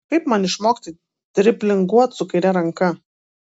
kaip man išmokti driblinguot su kaire ranka